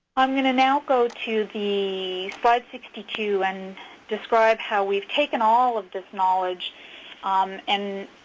i'm going to now go to the slide sixty two and describe how we've taken all of this knowledge and